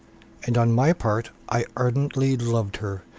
and on my part i ardently loved her,